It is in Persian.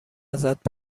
ازت